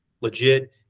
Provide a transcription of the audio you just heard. legit